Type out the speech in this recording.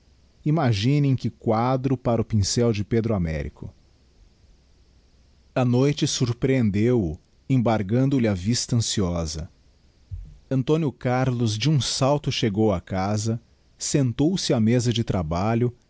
imaginem que quadro para o pincel de pedro américo a noite sorprehendeu o embargando lhe a vista anciosa antónio carlos digiti zedby google de um salto chegou á casa sentou-se á mesa de trabalho